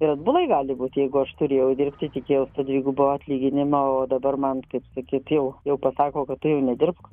ir atbulai gali būti jeigu aš turėjau dirbti tikėjausi dvigubo atlyginimo o dabar man kaip sakyt jau jau pasako kad tu jau nedirbk